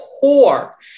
poor